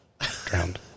Drowned